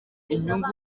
inyungu